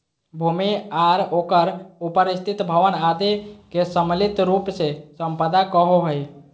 भूमि आर ओकर उपर स्थित भवन आदि के सम्मिलित रूप से सम्पदा कहो हइ